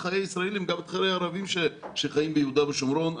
חיי הישראלים אלא גם את חיי הערבים שחיים ביהודה ושומרון.